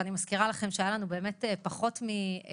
אני מזכירה לכם שהייתה לנו פחות משנה.